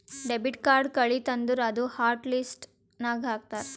debit card ಕಳಿತು ಅಂದುರ್ ಅದೂ ಹಾಟ್ ಲಿಸ್ಟ್ ನಾಗ್ ಹಾಕ್ತಾರ್